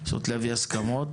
תנסו להביא הסכמות.